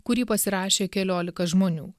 kurį pasirašė keliolika žmonių